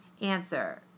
Answer